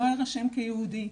לא הירשם כיהודי.